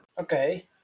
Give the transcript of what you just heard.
Okay